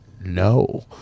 no